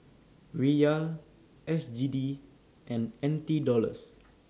Riyal S G D and N T Dollars